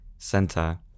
Center